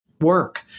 work